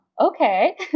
Okay